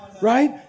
Right